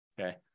okay